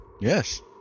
Yes